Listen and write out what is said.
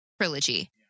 trilogy